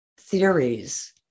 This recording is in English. theories